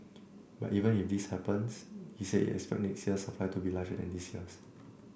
but even if this happens he said he expects next year's supply to be larger than this year's